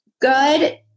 Good